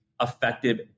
effective